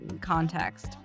context